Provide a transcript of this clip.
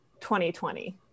2020